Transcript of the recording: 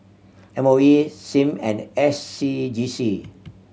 M O E Sim and S C G C